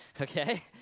okay